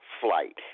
flight